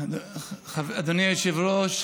אדוני היושב-ראש,